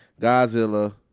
Godzilla